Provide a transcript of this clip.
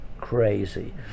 crazy